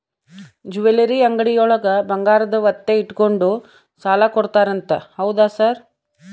Jewellery ಅಂಗಡಿಯೊಳಗ ಬಂಗಾರ ಒತ್ತೆ ಇಟ್ಕೊಂಡು ಸಾಲ ಕೊಡ್ತಾರಂತೆ ಹೌದಾ ಸರ್?